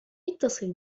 اتصل